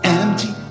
empty